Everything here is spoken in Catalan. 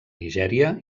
nigèria